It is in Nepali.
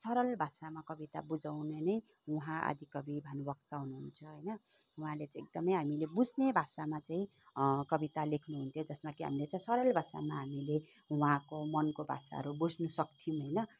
सरल भाषामा कविता बुझाउने नै उहाँ आदिकवि भानुभक्त हुनुहुन्छ होइन उहाँले चाहिँ एकदमै हामीले बुझ्ने भाषामा चाहिँ कविता लेख्नु हुन्थ्यो जसमा कि हामीले चाहिँ सरल भाषामा हामीले उहाँको मनको भाषाहरू बुझ्नु सक्थ्यौँ होइन